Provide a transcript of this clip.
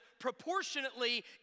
proportionately